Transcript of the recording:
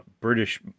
British